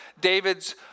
David's